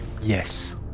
Yes